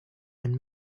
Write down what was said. and